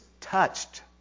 touched